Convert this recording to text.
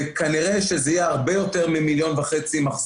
וכנראה שזה יהיה הרבה יותר 1.5 מיליון מחזור,